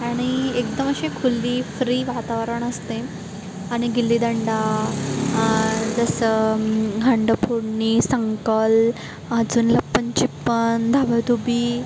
आणि एकदम अशी खुल्ली फ्री वातावरण असते आणि गिल्ली दंडा जसं हंडं फोडणी संकल अजून लप्पनछिप्पन दाभादुभी